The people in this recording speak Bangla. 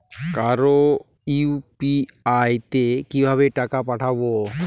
কারো ইউ.পি.আই তে কিভাবে টাকা পাঠাবো?